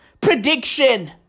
prediction